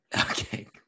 Okay